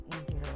easier